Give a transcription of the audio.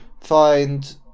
find